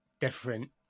different